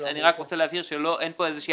אני רק רוצה להבהיר שאין פה איזו שהיא